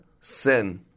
Sin